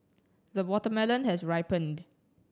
the watermelon has ripened